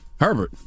Herbert